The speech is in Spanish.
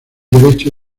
derecho